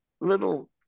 little